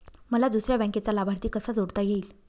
मला दुसऱ्या बँकेचा लाभार्थी कसा जोडता येईल?